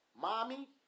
mommy